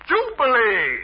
Jubilee